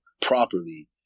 properly